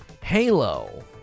Halo